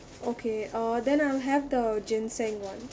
okay uh then I'll have the ginseng [one]